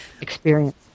experience